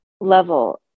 level